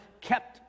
kept